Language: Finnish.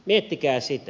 miettikää sitä